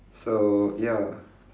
so ya